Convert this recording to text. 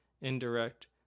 indirect